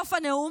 בסוף הנאום